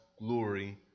glory